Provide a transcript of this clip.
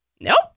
nope